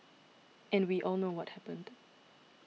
and we all know what happened